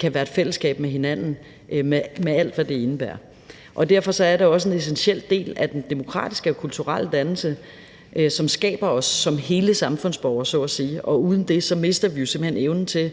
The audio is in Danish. kan have et fællesskab med hinanden med alt, hvad det indebærer. Derfor er det også en essentiel del af den demokratiske og kulturelle dannelse, som skaber os som hele samfundsborgere, så at sige, og uden det mister vi jo simpelt hen evnen til